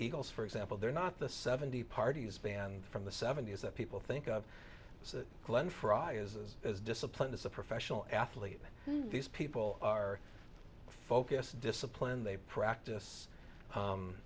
eagles for example they're not the seventy parties band from the seventy's that people think of glen for i is as disciplined as a professional athlete these people are focused discipline they practice